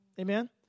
Amen